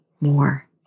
more